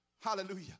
Hallelujah